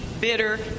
bitter